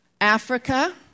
Africa